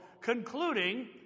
concluding